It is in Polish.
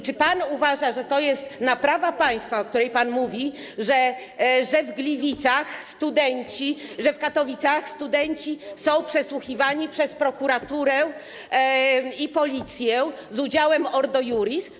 Czy pan uważa, że to jest naprawa państwa, o której pan mówi, że w Gliwicach studenci, że w Katowicach studenci są przesłuchiwani przez prokuraturę i policję z udziałem Ordo Iuris?